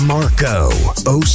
Marco